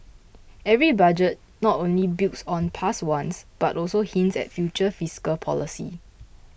every budget not only builds on past ones but also hints at future fiscal policy